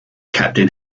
captain